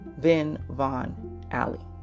VinVonAlley